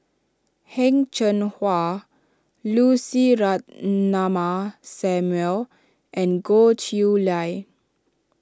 Heng Cheng Hwa Lucy Ratnammah Samuel and Goh Chiew Lye